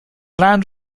land